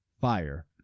fire